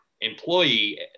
employee